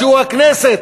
שהוא הכנסת,